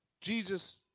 Jesus